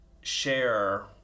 share